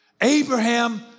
Abraham